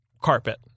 carpet